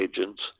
agents